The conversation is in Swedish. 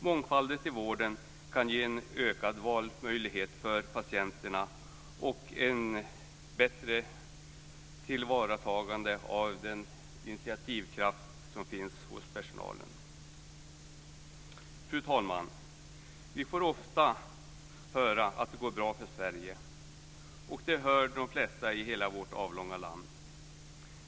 Mångfalden i vården kan ge en ökad valmöjlighet för patienterna och ett bättre tillvaratagande av den initiativkraft som finns hos personalen. Fru talman! Vi får ofta höra att det går bra för Sverige. Det hör de flesta i hela vårt avlånga land.